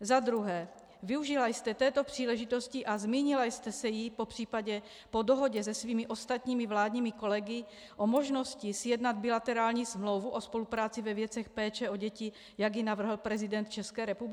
Za druhé: Využila jste této příležitosti a zmínila jste se jí, popřípadě po dohodě se svými ostatními vládními kolegy, o možnosti sjednat bilaterální smlouvu o spolupráci ve věcech péče o děti, jak ji navrhl prezident České republiky?